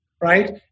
Right